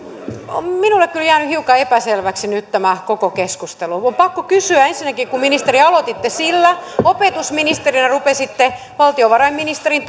on kyllä jäänyt hiukan epäselväksi nyt tämä koko keskustelu on pakko kysyä ensinnäkin kun ministeri aloititte sillä opetusministerinä rupesitte valtiovarainministerin